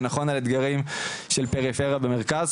זה נכון על אתגרים של פריפריה ומרכז,